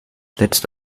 letzte